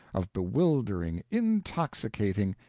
of bewildering, intoxicating,